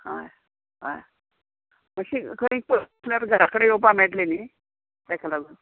हय हय मात्शी खंयी पयस आसल्यार घरा कडेन येवपा मेयटलें न्ही तेका लागून